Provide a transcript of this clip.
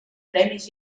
premis